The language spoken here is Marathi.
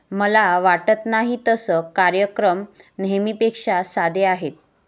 मला वाटत नाही तसं कार्यक्रम नेहमीपेक्षा साधे आहेत